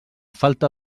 falta